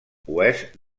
oest